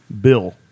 Bill